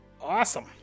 Awesome